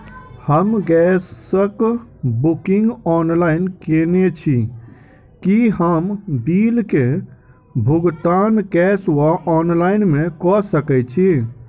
हम गैस कऽ booking online केने छी, की हम बिल कऽ भुगतान कैश वा ऑफलाइन मे कऽ सकय छी?